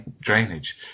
drainage